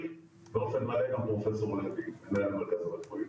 ובאופן מלא גם פרופ' לוי מנהל המרכז הרפואי.